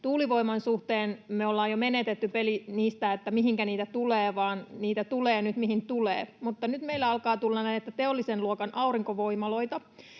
tuulivoiman suhteen me ollaan jo menetetty peli niistä, siitä mihinkä niitä tulee ja että niitä tulee nyt mihin tulee, mutta nyt meillä alkaa tulla näitä teollisen luokan aurinkovoimaloita,